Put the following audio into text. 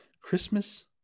Christmas